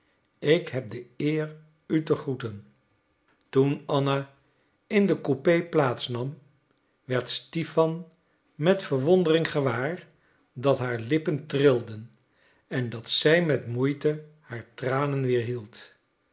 ik heb de eer u te groeten toen anna in de coupé plaats nam werd stipan met verwondering gewaar dat haar lippen trilden en dat zij met moeite haar tranen